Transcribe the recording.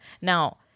Now